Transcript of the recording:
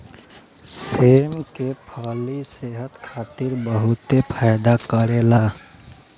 सेम के फली सेहत खातिर बहुते फायदा करेला